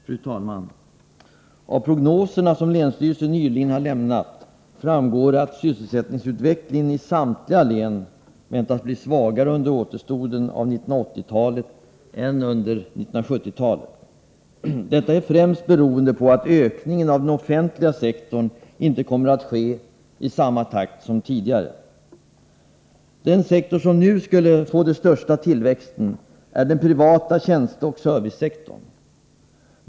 Fru talman! Av de prognoser som länsstyrelsen nyligen har lämnat framgår att sysselsättningsutvecklingen i samtliga län väntas bli svagare under återstoden av 1980-talet än under 1970-talet. Detta är främst beroende på att ökningen av den offentliga sektorn inte kommer att ske i samma takt som tidigare. Den sektor som skulle få den största tillväxten är den privata tjänsteoch servicesektorn.